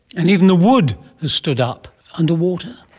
and even the wood has stood up underwater.